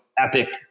Epic